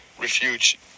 refuge